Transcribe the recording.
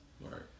Right